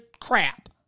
crap